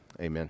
amen